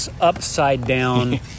upside-down